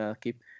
Keep